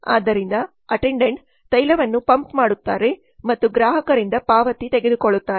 ಆದ್ದರಿಂದ ಅಟೆಂಡೆಂಟ್ ತೈಲವನ್ನು ಪಂಪ್ ಮಾಡುತ್ತಾರೆ ಮತ್ತು ಗ್ರಾಹಕರಿಂದ ಪಾವತಿ ತೆಗೆದುಕೊಳ್ಳುತ್ತಾರೆ